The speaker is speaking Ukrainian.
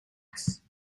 вас